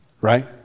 right